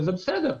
וזה בסדר.